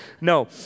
no